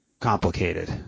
complicated